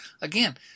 again